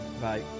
Bye